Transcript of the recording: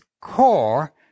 core